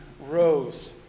rose